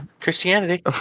Christianity